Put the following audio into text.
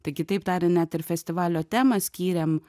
tai kitaip tarian net ir festivalio temą skyrėm